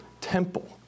temple